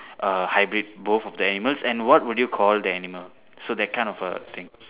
err hybrid both of the animals and what would you call the animal so that kind of uh thing